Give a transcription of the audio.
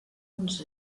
uns